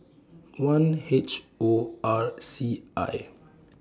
one H O R C I